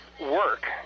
work